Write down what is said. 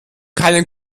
keinen